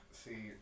see